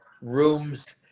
rooms